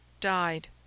died